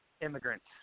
immigrants